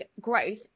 growth